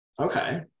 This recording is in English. okay